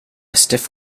stiff